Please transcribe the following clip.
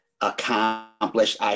accomplished